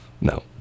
no